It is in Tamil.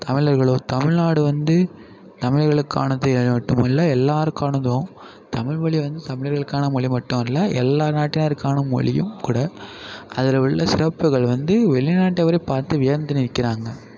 தமிழர்களும் தமிழ்நாடு வந்து தமிழர்களுக்கானது மட்டுமில்ல எல்லோருக்கானதும் தமிழ் மொழிய வந்து தமிழர்களுக்கான மொழி மட்டும் இல்லை எல்லா நாட்டினருக்கான மொழியும் கூட அதில் உள்ள சிறப்புகள் வந்து வெளிநாட்டவரே பார்த்து வியந்து நிற்கிறாங்க